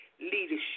leadership